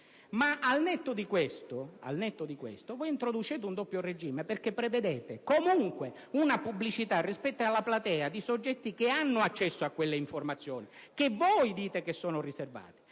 da altri. Come dicevo, introducete un doppio regime perché prevedete comunque una pubblicità rispetto alla platea di soggetti che hanno accesso a quelle informazioni che voi definite riservate